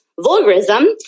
vulgarism